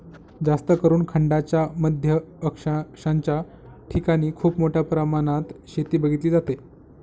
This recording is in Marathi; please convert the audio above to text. जास्तकरून खंडांच्या मध्य अक्षांशाच्या ठिकाणी खूप मोठ्या प्रमाणात शेती बघितली जाते